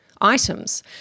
items